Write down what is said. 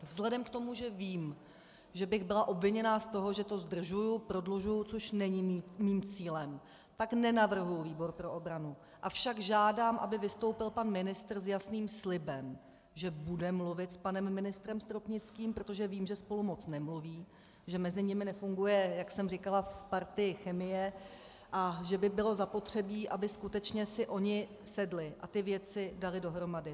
Vzhledem k tomu, že vím, že bych byla obviněna z toho, že to zdržuji, prodlužuji, což není mým cílem, tak nenavrhuji výbor pro obranu, avšak žádám, aby vystoupil pan ministr obrany s jasným slibem, že bude mluvit s panem ministrem Stropnickým, protože vím, že spolu moc nemluví, že mezi nimi nefunguje, jak jsem říkala v Partii, chemie a že by bylo zapotřebí, aby skutečně si oni sedli a ty věci dali dohromady.